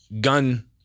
gun